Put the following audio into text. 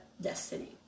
destiny